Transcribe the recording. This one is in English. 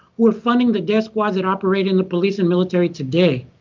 who are funding the death squads that operate in the police and military today.